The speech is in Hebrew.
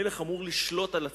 מלך אמור לשלוט על עצמו.